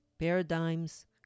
paradigms